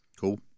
Cool